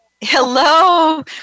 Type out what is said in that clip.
Hello